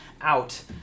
out